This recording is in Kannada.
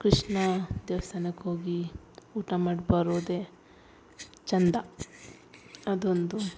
ಕೃಷ್ಣ ದೇವ್ಸ್ತಾನಕ್ಕೆ ಹೋಗಿ ಊಟ ಮಾಡಿ ಬರೋದೆ ಚಂದ ಅದೊಂದು